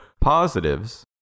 positives